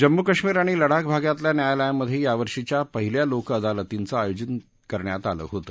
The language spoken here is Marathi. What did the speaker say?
जम्मू काश्मिर आणि लडाख भागातल्या न्यायालयांमध्ये यावर्षीच्या पहिल्या लोक अदालतीचं आयोजन करण्यात आलं होत